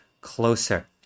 closer